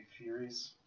theories